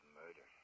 murder